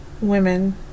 Women